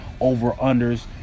over-unders